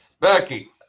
Becky